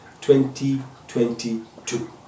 2022